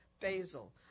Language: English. basil